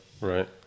right